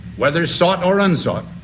whether sought or unsought,